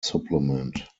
supplement